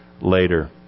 later